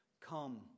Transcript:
come